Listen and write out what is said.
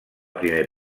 primer